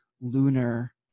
lunar